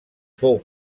fou